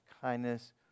kindness